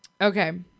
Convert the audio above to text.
Okay